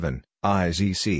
I-Z-C